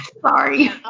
Sorry